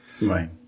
right